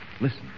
Listen